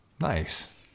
Nice